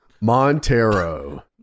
Montero